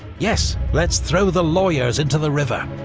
yes! let's throw the lawyers into the river!